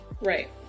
right